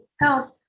health